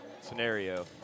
scenario